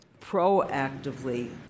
proactively